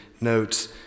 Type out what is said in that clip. notes